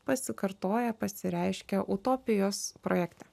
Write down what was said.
pasikartoja pasireiškia utopijos projekte